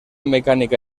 mecánica